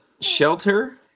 Shelter